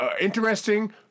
interesting